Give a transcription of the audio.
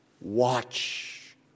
watch